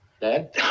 Dad